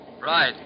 Right